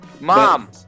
Mom